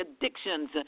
addictions